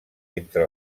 entre